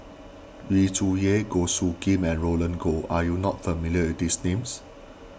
Yu Zhuye Goh Soo Khim and Roland Goh are you not familiar with these names